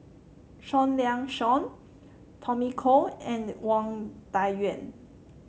Seah Liang Seah Tommy Koh and Wang Dayuan